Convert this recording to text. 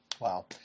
Wow